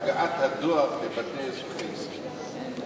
הגעת הדואר לבתי אזרחי ישראל.